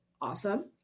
awesome